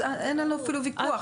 אין עליו אפילו ויכוח,